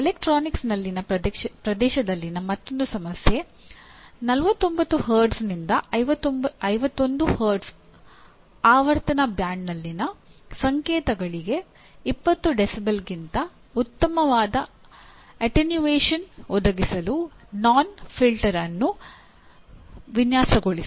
ಎಲೆಕ್ಟ್ರಾನಿಕ್ಸ್ನಲ್ಲಿನ ಪ್ರದೇಶದಲ್ಲಿನ ಮತ್ತೊಂದು ಸಮಸ್ಯೆ 49 Hz ನಿಂದ 51 Hz ಆವರ್ತನ ಬ್ಯಾಂಡ್ನಲ್ಲಿನ ಸಂಕೇತಗಳಿಗೆ 20 dB ಗಿಂತ ಉತ್ತಮವಾದ ಅಟೆನ್ಯೂಯೇಷನ್ ಒದಗಿಸಲು ನಾಚ್ ಫಿಲ್ಟರ್ ಅನ್ನು ವಿನ್ಯಾಸಗೊಳಿಸಿ